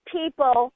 people